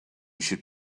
should